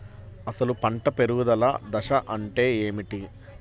అసలు పంట పెరుగుదల దశ అంటే ఏమిటి?